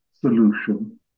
solution